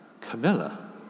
Camilla